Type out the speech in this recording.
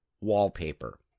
wallpaper